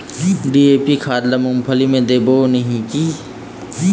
DAP खाद ला मुंगफली मे देबो की नहीं?